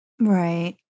Right